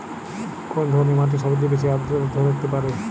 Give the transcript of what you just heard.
কোন ধরনের মাটি সবচেয়ে বেশি আর্দ্রতা ধরে রাখতে পারে?